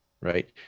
right